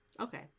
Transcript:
Okay